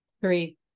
Three